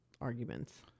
arguments